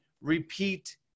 repeat